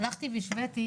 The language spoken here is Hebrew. הלכתי והשוויתי,